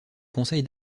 conseil